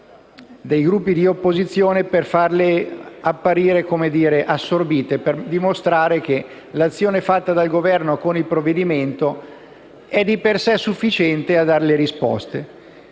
dei Gruppi di opposizione per farle apparire assorbite, per dimostrare che l'azione fatta dal Governo con il provvedimento è di per sé sufficiente a dare le risposte.